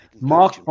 Mark